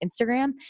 Instagram